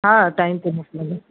हा टाइम ते मोकिलंदमि